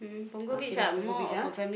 okay lah Punggol Beach ah